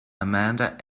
amanda